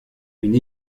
une